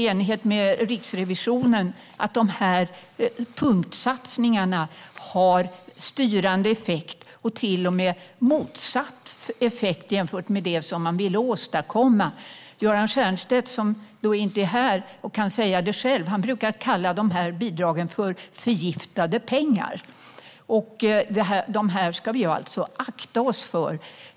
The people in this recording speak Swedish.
Enligt vad Riksrevisionen har sagt har punktsatsningarna fått effekt - till och med en motsatt effekt jämfört med det som man ville åstadkomma. Göran Stiernstedt, som inte är här och kan säga det själv, brukar kalla dessa bidrag för förgiftade pengar. Sådana ska vi akta oss för.